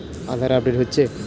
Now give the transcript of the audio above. আধার update হচ্ছে?